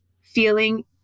feeling